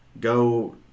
go